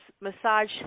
massage